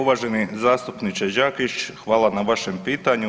Uvaženi zastupniče Đakić, hvala na vašem pitanju.